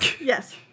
Yes